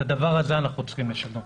את הדבר הזה אנחנו צריכים לשנות.